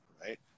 right